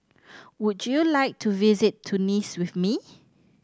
would you like to visit Tunis with me